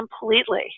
completely